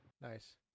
Nice